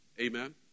Amen